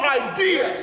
idea